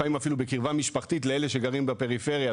לפעמים אפילו בקרבה משפחתית לאלו שגרים בפריפריה,